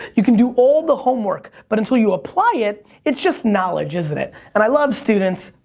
you can do all the homework, but until you apply it, it's just knowledge, isn't it? and i love students,